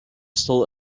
still